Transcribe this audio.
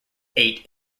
eight